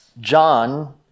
John